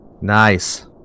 Nice